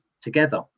together